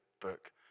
book